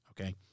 Okay